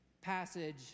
passage